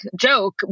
joke